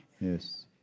Yes